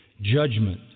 judgment